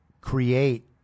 create